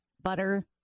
butter